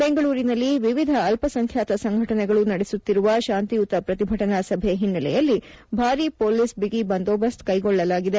ಬೆಂಗಳೂರಿನಲ್ಲಿ ವಿವಿಧ ಅಲ್ಪಸಂಖ್ಯಾತ ಸಂಘಟನೆಗಳು ನಡೆಸುತ್ತಿರುವ ಶಾಂತಿಯುತ ಪ್ರತಿಭಟನಾ ಸಭೆ ಹಿನ್ವಲೆಯಲ್ಲಿ ಬಾರೀ ಪೋಲಿಸ್ ಬಿಗಿ ಬಂದೋಬಸ್ತ್ ಕೈಗೊಳ್ಳಲಾಗಿದೆ